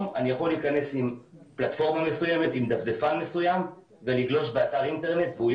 אנחנו מאוד רוצות לשים את הדגש על מה זה אומר אתר אינטרנט נגיש,